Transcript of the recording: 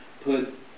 put